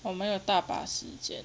我们有大把时间